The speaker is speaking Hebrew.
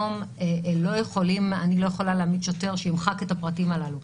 אני לא יכולה להגיד לשוטר שימחק את הפרטים הללו.